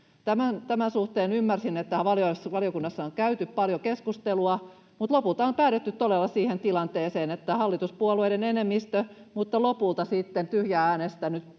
tämän suhteen valiokunnassa on käyty paljon keskustelua, mutta lopulta on todella päädytty siihen tilanteeseen, että hallituspuolueiden enemmistö on ratkaissut ja lopulta sitten tyhjää äänestänyt